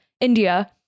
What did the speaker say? India